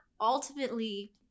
ultimately